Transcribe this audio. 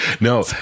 No